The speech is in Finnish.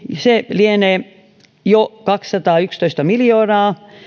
lienee jo kaksisataayksitoista miljoonaa